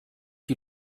die